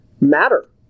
matter